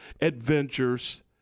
adventures